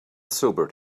sobered